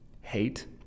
hate